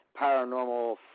paranormal